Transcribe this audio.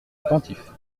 attentifs